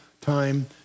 time